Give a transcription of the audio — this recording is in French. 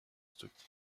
stocké